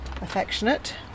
affectionate